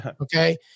Okay